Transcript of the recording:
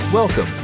Welcome